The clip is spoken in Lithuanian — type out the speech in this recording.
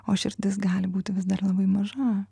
o širdis gali būti vis dar labai maža